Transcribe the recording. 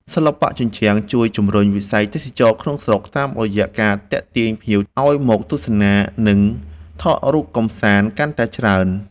សិល្បៈជញ្ជាំងជួយជំរុញវិស័យទេសចរណ៍ក្នុងស្រុក តាមរយៈការទាក់ទាញភ្ញៀវឱ្យមកទស្សនា និងថតរូបកម្សាន្តកាន់តែច្រើន។